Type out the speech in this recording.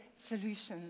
solutions